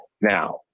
Now